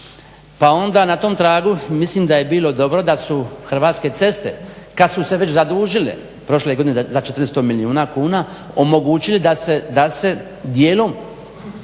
pa onda na tom tragu mislim da je bilo dobro da su Hrvatske ceste kad su se već zadužile prošle godine za 400 milijuna kuna omogućile da se dijelom